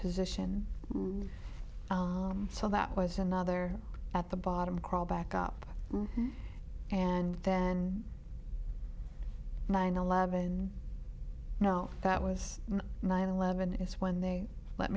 position so that was another at the bottom crawl back up and then nine eleven and no that was nine eleven is when they let